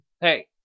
hey